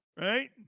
right